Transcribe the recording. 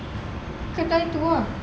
kedai tu ah